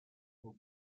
son